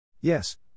Yes